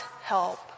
help